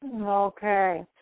Okay